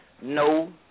no